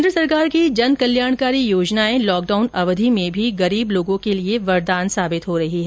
केंद्र सरकार की जनकल्याणकारी योजनाएं लहकडाउन अवधि में भी गरीब लोगों के लिए वरदान साबित हो रही है